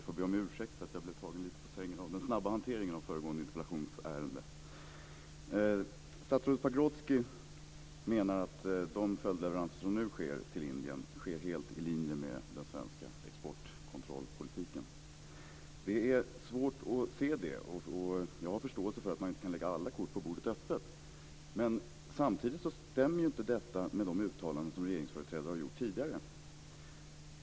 Fru talman! Statsrådet Pagrotsky menar att de följdleveranser som nu sker till Indien sker helt i linje med den svenska exportkontrollpolitiken. Det är svårt att se detta. Jag förstår att man inte kan lägga alla kort på bordet, men samtidigt stämmer inte detta med uttalanden som regeringsföreträdare tidigare har gjort.